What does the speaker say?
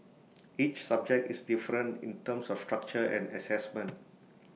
each subject is different in terms of structure and Assessment